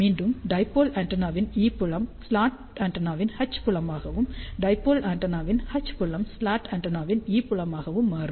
மீண்டும் டைபோல் ஆண்டெனாவின் ஈ புலம் ஸ்லாட் ஆண்டெனாவின் H புலமாகவும் டைபோல் ஆண்டெனாவின் H புலம் ஸ்லாட் ஆண்டெனாவின் ஈ புலமாகவும் மாறும்